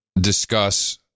discuss